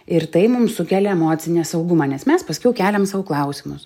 ir tai mum sukelia emocinę saugumą nes mes paskiau keliam sau klausimus